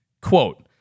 Quote